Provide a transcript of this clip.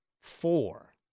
four